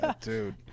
Dude